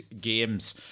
games